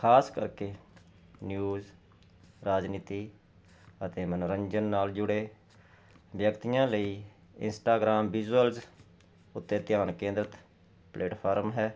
ਖਾਸ ਕਰਕੇ ਨਿਊਜ਼ ਰਾਜਨੀਤੀ ਅਤੇ ਮਨੋਰੰਜਨ ਨਾਲ ਜੁੜੇ ਵਿਅਕਤੀਆਂ ਲਈ ਇੰਸਟਾਗ੍ਰਾਮ ਵਿਜ਼ੂਅਲਜ਼ ਉੱਤੇ ਧਿਆਨ ਕੇਂਦਰਿਤ ਪਲੇਟਫਾਰਮ ਹੈ